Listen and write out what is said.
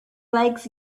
legs